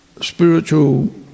spiritual